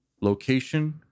Location